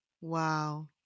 Wow